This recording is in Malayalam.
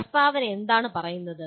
പ്രസ്താവന എന്താണ് പറയുന്നത്